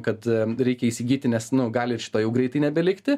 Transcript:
kad reikia įsigyti nes nu gali ir šito jau greitai nebelikti